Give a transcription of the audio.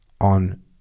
on